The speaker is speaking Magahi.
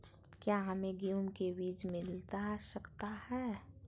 क्या हमे गेंहू के बीज मिलता सकता है?